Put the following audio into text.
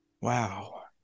Wow